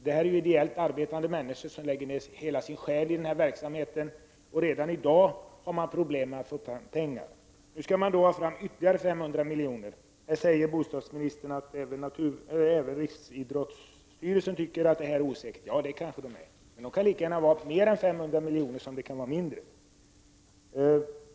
Det rör sig om ideellt arbetande människor som lägger ner hela sin själ i denna verksamhet. Redan i dag har man problem med att få fram pengar. Nu skall man ha fram ytterligare 500 miljoner. Bostadsministern säger att även Riksidrottsförbundet tycker att siffrorna är osäkra. Ja, det kanske de är, men det kan lika gärna röra sig om mer än 500 miljoner som mindre.